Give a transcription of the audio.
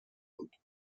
بود